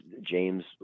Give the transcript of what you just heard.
James